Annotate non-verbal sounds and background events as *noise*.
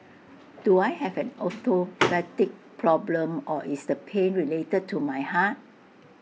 do I have an orthopaedic *noise* problem or is the pain related to my heart